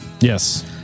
Yes